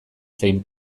zein